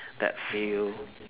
that few